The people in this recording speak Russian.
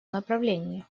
направлении